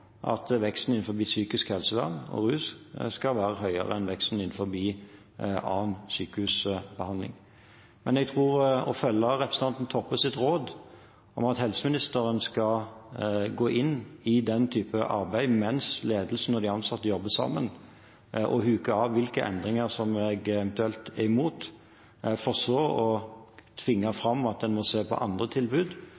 at veksten innen psykisk helsevern og rus skal være høyere enn veksten innen annen sykehusbehandling. Men jeg tror at å følge representanten Toppes råd om at jeg som helseminister skal gå inn i den type arbeid, mens ledelsen og de ansatte jobber sammen, og huke av hvilke endringer som jeg eventuelt er imot, for så å tvinge